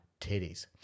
titties